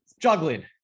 juggling